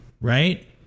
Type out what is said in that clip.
right